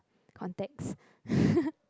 contex